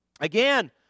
Again